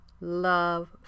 love